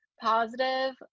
positive